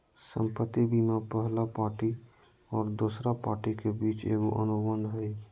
संपत्ति बीमा पहला पार्टी और दोसर पार्टी के बीच एगो अनुबंध हइ